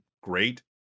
great